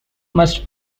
must